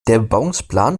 bebauungsplan